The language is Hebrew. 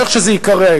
או איך שזה ייקרא,